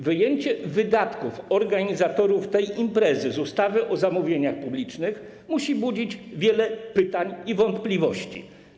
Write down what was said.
Wyjęcie wydatków organizatorów tej imprezy z ustawy o zamówieniach publicznych musi budzić wiele pytań i wątpliwości.